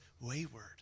wayward